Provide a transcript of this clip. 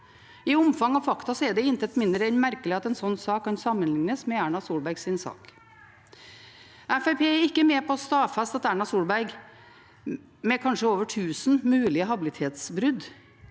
I omfang og fakta er det intet mindre enn merkelig at en slik sak kan sammenlignes med Erna Solbergs sak. Fremskrittspartiet er ikke med på å stadfeste at Erna Solberg, med kanskje over tusen mulige habilitetsbrudd,